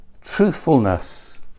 truthfulness